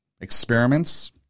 experiments